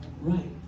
right